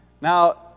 Now